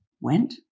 went